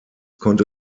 konnte